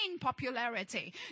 popularity